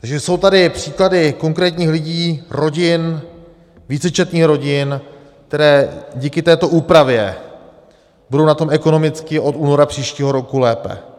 Takže jsou tady příklady konkrétních lidí, rodin, vícečetných rodin, které díky této úpravě budou na tom ekonomicky od února příštího roku lépe.